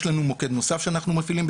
יש לנו מוקד נוסף שאנחנו מפעילים,